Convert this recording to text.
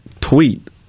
tweet